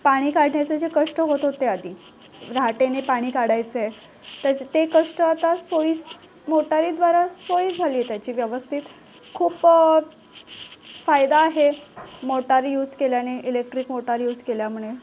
पाणी काढण्याचे जे कष्ट होत होते आधी रहाटेने पाणी काढायचे तसे ते कष्ट आता सोयीस मोटारीद्वारा सोय झाली त्याची व्यवस्थित खूप फायदा आहे मोटारी युज केल्याने इलेक्ट्रिक मोटार युज केल्यामने